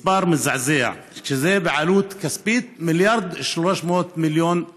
מספר מזעזע, בעלות כספית של 1.3 מיליארד דולר.